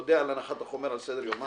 אודה על הנחת החומר על סדר-יומה